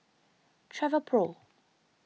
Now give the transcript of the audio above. Travelpro